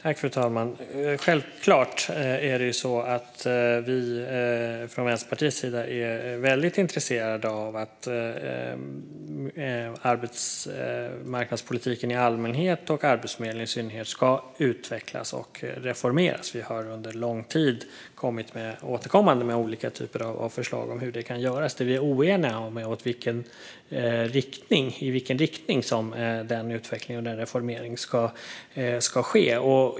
Fru talman! Självklart är vi från Vänsterpartiets sida väldigt intresserade av att arbetsmarknadspolitiken i allmänhet och Arbetsförmedlingen i synnerhet ska utvecklas och reformeras; vi har under lång tid återkommande lämnat olika typer av förslag på hur det kan göras. Det vi och regeringen är oeniga om är i vilken riktning den utvecklingen och reformeringen ska ske.